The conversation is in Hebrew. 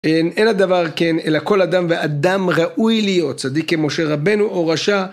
אין הדבר כן, אלא כל אדם ואדם ראוי להיות צדיק כמשה רבינו, או רשע